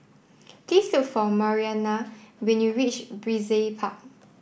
please look for Mariana when you reach Brizay Park